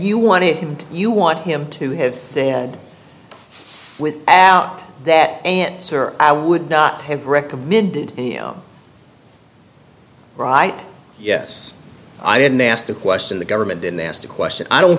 you want it and you want him to have said with out that answer i would not have recommended right yes i didn't ask the question the government didn't ask the question i don't